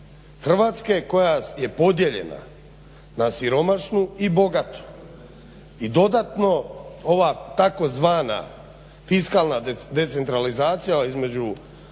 Hrvatske koja je podijeljena na siromašnu i bogatu i dodatno ova tzv. fiskalna decentralizacija, između